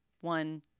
one